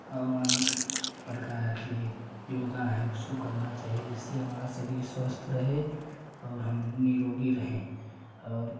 औन प्रकार के योगा है योगा है उसको करना चाहिए जिससे हमारा शरीर स्वस्थ रहे और हम निरोगी रहे और